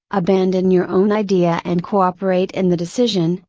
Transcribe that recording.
abandon your own idea and cooperate in the decision,